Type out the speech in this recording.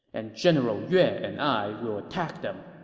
and general yue and i will attack them.